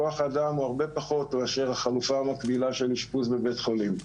כוח האדם הוא הרבה פחות מאשר החלופה המקבילה של אשפוז בבית חולים.